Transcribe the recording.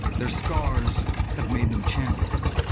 their scars have made them champions,